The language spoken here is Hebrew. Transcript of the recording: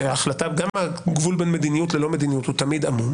גם הגבול בין מדיניות ללא מדיניות הוא תמיד עמום